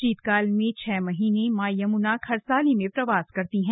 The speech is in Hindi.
शीतकाल में छह महीने मां यमुना खरसाली में प्रवास करती हैं